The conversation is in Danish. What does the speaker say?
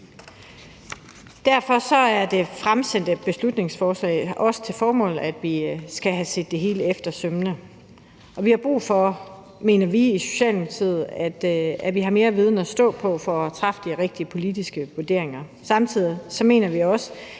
Derfor har det fremsatte beslutningsforslag også til formål, at vi skal have set det hele efter i sømmene. Vi har brug for, mener vi i Socialdemokratiet, at vi har mere viden at stå på for at lave de rigtige politiske vurderinger. Samtidig mener vi også,